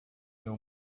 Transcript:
meu